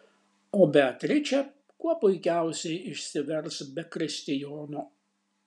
o beatričė kuo puikiausiai išsivers be kristijono